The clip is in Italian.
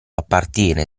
appartiene